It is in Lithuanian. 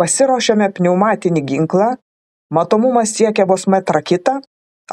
pasiruošiame pneumatinį ginklą matomumas siekia vos metrą kitą